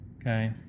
Okay